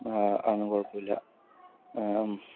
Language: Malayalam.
ആ അതൊന്നും കുഴപ്പമില്ല